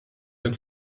den